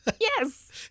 Yes